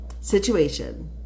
situation